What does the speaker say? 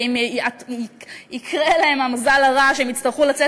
ואם יקרה להם המזל הרע שהם יצטרכו לצאת